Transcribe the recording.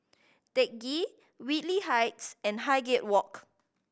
Teck Ghee Whitley Heights and Highgate Walk